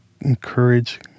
encourage